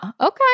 okay